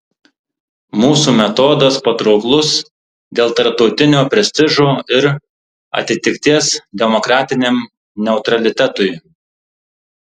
mūsų metodas patrauklus dėl tarptautinio prestižo ir atitikties demokratiniam neutralitetui